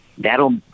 That'll